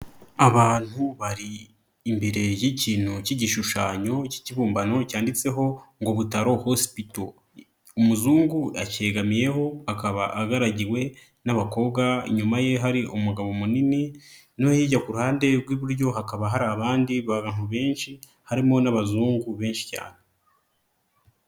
Abantu bari imbere y'ikintu cy'igishushanyo cy'ikibumbano cyanditseho ngo butaro hosipito. Umuzungu acyegamiyeho akaba agaragiwe n'abakobwa inyuma ye hari umugabo munini no hirya ku ruhande rw'iburyo hakaba hari abandi bantu benshi harimo n'abazungu benshi cyane.